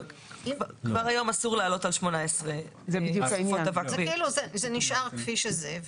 אבל כבר היום אסור לעלות על 18. זה נשאר כפי שזה.